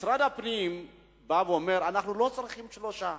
משרד הפנים בא ואומר: אנחנו לא צריכים שלושה,